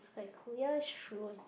quite cool ya it's true I think